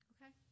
Okay